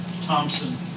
Thompson